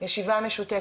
נקיים ישיבה משותפת.